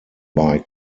bike